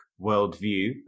worldview